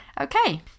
Okay